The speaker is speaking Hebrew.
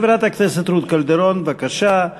חברת הכנסת רות קלדרון, בבקשה.